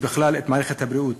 ובכלל את מערכת הבריאות.